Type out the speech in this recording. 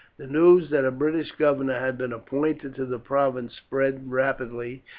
the news that a british governor had been appointed to the province spread rapidly,